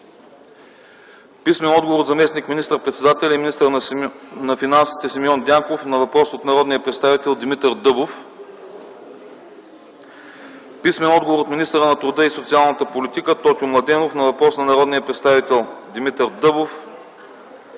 и Ваньо Шарков; - от заместник министър-председателя и министър на финансите Симеон Дянков на въпрос от народния представител Димитър Дъбов; - от министъра на труда и социалната политика Тотю Младенов на въпрос от народния представител Димитър Дъбов;